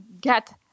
get